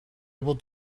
able